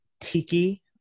tiki